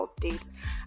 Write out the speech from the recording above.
updates